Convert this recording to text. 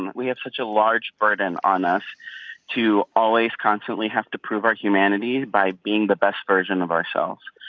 and we have such a large burden on us to always constantly have to prove our humanity by being the best version of ourselves.